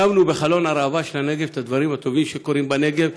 שמנו בחלון הראווה של הנגב את הדברים הטובים שקורים בנגב.